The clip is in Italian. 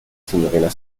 signorina